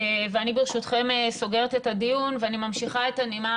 אני ברשותכם סוגרת את הדיון ואני ממשיכה את הנימה,